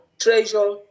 treasure